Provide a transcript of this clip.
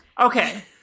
Okay